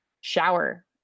shower